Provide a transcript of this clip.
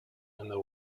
and